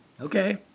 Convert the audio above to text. Okay